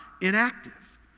inactive